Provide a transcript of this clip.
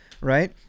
right